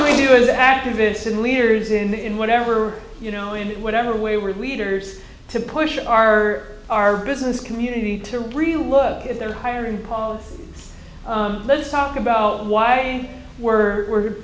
we do as activists and leaders in whatever you know in whatever way were leaders to push our our business community to really look at their hiring policy let's talk about why we're